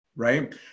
Right